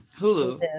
hulu